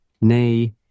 Nay